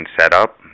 setup